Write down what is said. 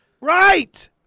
Right